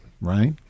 right